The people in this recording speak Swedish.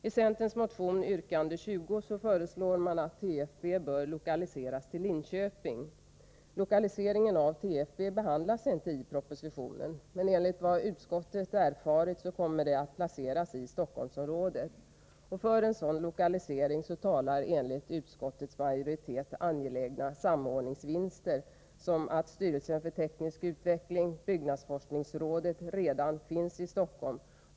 I yrkande 20 i centermotionen 2615 föreslås att TFB skall lokaliseras till Linköping. Lokaliseringen av TFB behandlas inte i propositionen. Men enligt vad utskottet erfarit kommer beredningen att placeras i Stockholmsområdet. För en sådan lokalisering talar enligt utskottets majoritet angelägna samordningsvinster, som står att göra genom att styrelsen för teknisk utveckling och byggnadsforskningsrådet redan finns i Stockholm.